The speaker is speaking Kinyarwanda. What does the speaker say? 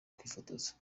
kwifotoza